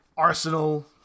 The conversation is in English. arsenal